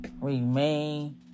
remain